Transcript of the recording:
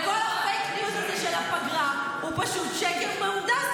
וכל הפייק ניוז הזה של הפגרה הוא פשוט שקר מהונדס.